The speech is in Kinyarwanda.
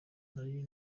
nari